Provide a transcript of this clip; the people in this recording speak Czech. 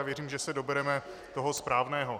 Věřím, že se dobereme toho správného.